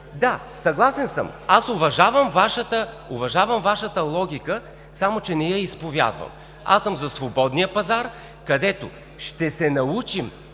Да, съгласен съм. Аз уважавам Вашата логика, само че не я изповядвам. Аз съм „за“ свободния пазар, където ще се научим